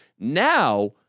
Now